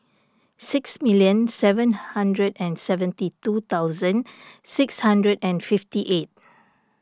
six million seven hundred and seventy two thousand six hundred and fifty eight